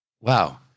wow